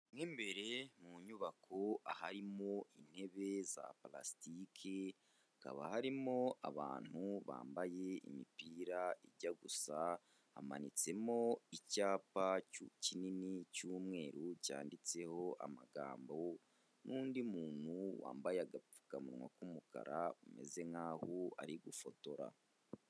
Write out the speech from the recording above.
Mo imbere mu nyubako aharimo intebe za purasitike, hakaba harimo abantu bambaye imipira ijya gusa, hamanitsemo icyapa kinini cy'umweru cyanditseho amagambo n'undi muntu wambaye agapfukamunwa k'umukara umeze nk'aho ari gufotora.